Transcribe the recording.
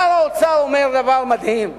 שר האוצר אומר דבר מדהים.